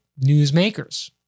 newsmakers